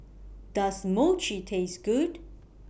Does Mochi Taste Good